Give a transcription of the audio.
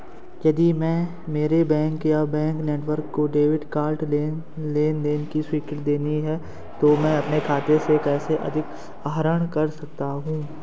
यदि मेरे बैंक या बैंक नेटवर्क को डेबिट कार्ड लेनदेन को स्वीकृति देनी है तो मैं अपने खाते से कैसे अधिक आहरण कर सकता हूँ?